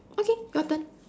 okay your turn